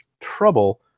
trouble